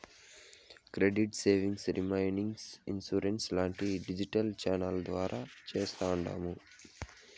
credit savings, remittance, insurance లాంటివి digital ఛానెల్ల ద్వారా చేస్తాండాము